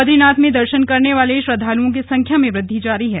बदरीनाथ में द न करने वाले श्रद्वालुओं की संख्या में वृद्धि जारी है